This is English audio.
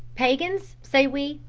paeans, say we,